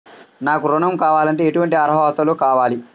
నాకు ఋణం కావాలంటే ఏటువంటి అర్హతలు కావాలి?